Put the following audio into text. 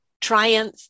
triumph